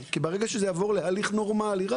כי ברגע שזה יעבור להליך רגיל,